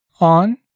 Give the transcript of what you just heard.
on